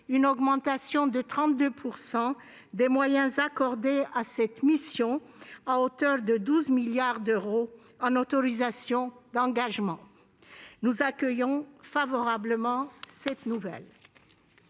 une augmentation de 32 % des moyens accordés à cette mission, à hauteur de 12 milliards d'euros en autorisations d'engagement. Nous accueillons favorablement cette nouvelle.